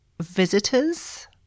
visitors